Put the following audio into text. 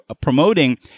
promoting